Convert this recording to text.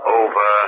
over